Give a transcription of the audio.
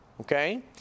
Okay